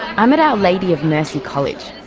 i'm at our lady of mercy college,